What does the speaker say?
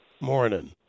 Morning